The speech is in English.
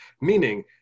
meaning